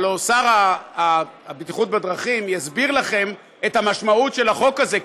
הלוא שר הבטיחות בדרכים יסביר לכם את המשמעות של החוק הזה,